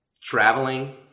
traveling